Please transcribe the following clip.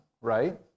right